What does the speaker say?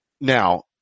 Now